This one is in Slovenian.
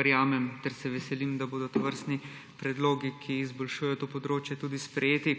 Verjamem ter se veselim, da bodo tovrstni predlogi, ki izboljšujejo to področje, tudi sprejeti.